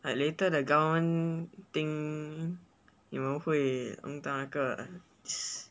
like later the government think 你们会弄到那个 s~